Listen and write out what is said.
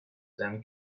then